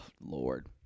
Lord